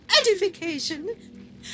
edification